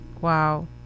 Wow